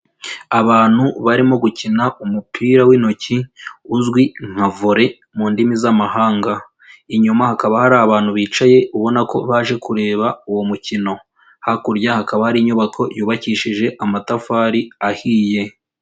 Abantu barimo gukina umupira w'intoki uzwi nka vole mu ndimi z'amahanga. Inyuma hakaba hari abantu bicaye ubona ko baje kureba uwo mukino. Hakurya, hakaba hari inyubako yubakishije amatafari ahiye.